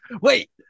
wait